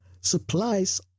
supplies